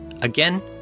Again